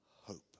hope